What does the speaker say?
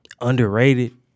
underrated